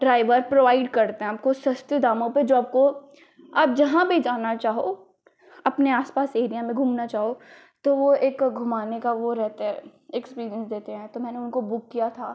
driver provide करते हैं आपको सस्ते दामों पर जो आपको आप जहाँ भी जाना चाहो अपने आस पास एरिया में घूमना चाहो तो एक घुमाने का एक वो रहता है एक्सपीरियंस देते हैं तो मैने उनको बुक किया था